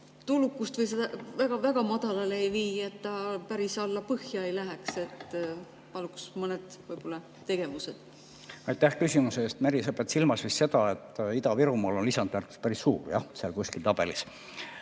tulukust väga madalale ei vii, et ta päris alla põhja ei läheks? Paluks mõned tegevused. Aitäh küsimuse eest! Merry, sa pead silmas vist seda, et Ida-Virumaal on lisandväärtus päris suur jah seal kuskil tabelis.